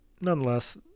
Nonetheless